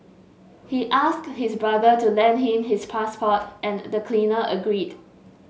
he asked his brother to lend him his passport and the cleaner agreed